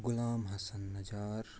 Ghulam Hassan Najar